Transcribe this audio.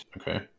okay